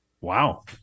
Wow